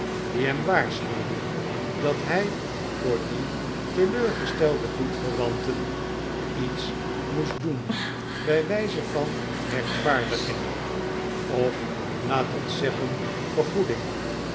die hem waarschuwde dat hij voor die teleurgestelde bloedverwanten iets moest doen bij wijze van rechtvaardiging of laat ons zeggen vergoeding